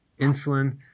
insulin